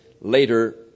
later